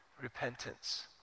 repentance